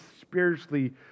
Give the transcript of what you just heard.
spiritually